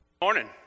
morning